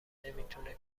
نمیتونه